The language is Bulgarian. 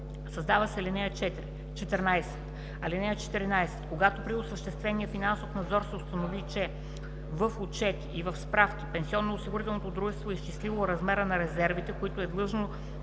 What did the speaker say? Създава се ал. 14: „(14) Когато при осъществявания финансов надзор се установи, че в отчети и в справки пенсионноосигурителното дружество е изчислило размера на резервите, които е длъжно